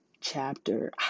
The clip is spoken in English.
chapter